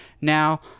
Now